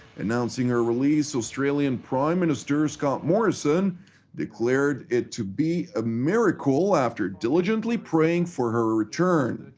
announcing her release, australian prime minister scott morrison declared it to be a miracle after diligently praying for her return.